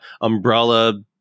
umbrella